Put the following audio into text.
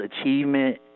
achievement